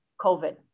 COVID